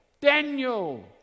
Daniel